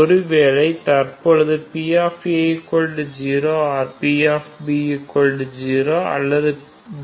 case 3 Suppose now ஒருவேளை தற்பொழுது p0 or p0 அல்லது